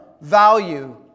value